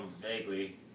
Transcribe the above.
vaguely